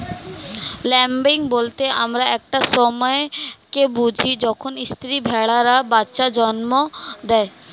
lambing বলতে আমরা একটা সময় কে বুঝি যখন স্ত্রী ভেড়ারা বাচ্চা জন্ম দেয়